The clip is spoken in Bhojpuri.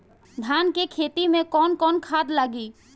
धान के खेती में कवन कवन खाद लागी?